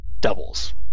Doubles